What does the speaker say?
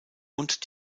und